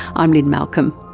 i'm lynne malcolm.